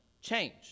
change